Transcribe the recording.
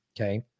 okay